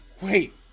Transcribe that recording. wait